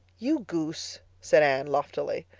you goose! said anne loftily.